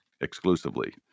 Exclusively